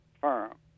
firm